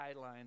guidelines